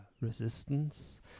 resistance